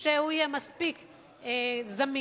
שהוא יהיה מספיק זמין,